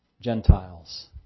Gentiles